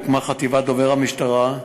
הוקמה חטיבת דובר המשטרה,